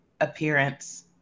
appearance